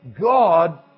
God